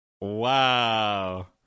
Wow